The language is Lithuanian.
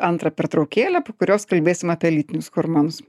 antrą pertraukėlę po kurios kalbėsim apie lytinius hormonus